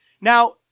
Now